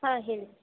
ಹಾಂ ಹೇಳಿ